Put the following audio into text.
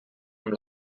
amb